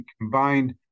combined